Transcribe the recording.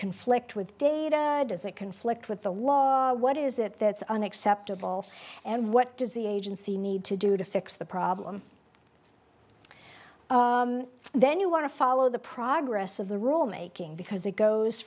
conflict with data doesn't conflict with the law what is it that's unacceptable and what does the agency need to do to fix the problem then you want to follow the progress of the rule making because it goes